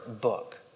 book